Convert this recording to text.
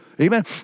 Amen